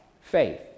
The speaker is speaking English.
faith